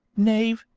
nave,